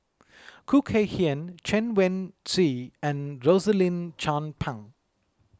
Khoo Kay Hian Chen Wen Hsi and Rosaline Chan Pang